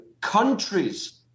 countries